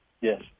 Yes